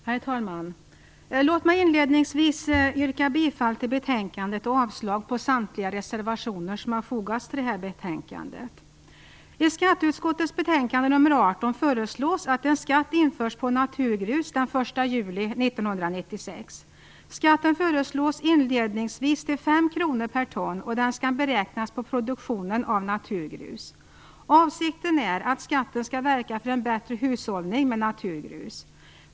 Herr talman! Låt mig inledningsvis yrka bifall till utskottets hemställan och avslag på samtliga reservationer som har fogats till det här betänkandet. I skatteutskottets betänkande 1995/96:18 föreslås att en skatt införs på naturgrus den 1 juli 1996. Skatten föreslås inledningsvis bli 5 kr per ton, och den skall beräknas på produktionen av naturgrus. Avsikten är att skatten skall verka för en bättre hushållning med naturgrus.